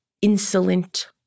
insolent